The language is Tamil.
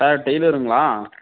சார் டெய்லருங்களா